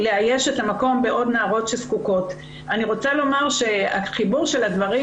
אני בטוחה שהוועדה תגרום